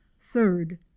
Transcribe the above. third